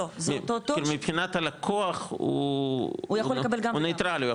כאילו מבחינת הלקוח הוא נטרלי,